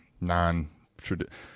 non-traditional